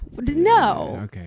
No